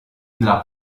nella